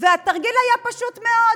והתרגיל היה פשוט מאוד.